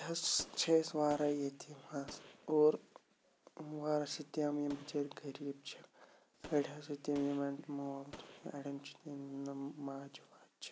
اَتہِ حظ چھِ اَسہِ واریاہ یتیٖم حظ اور واراہ چھِ تِم یِم بِچٲرۍ غریٖب چھِ أڑۍ حظ چھِ تِم یِمَن مول چھِنہٕ یا اَڑٮ۪ن چھِ تِم یِم نہٕ ماجہِ واجہِ چھِ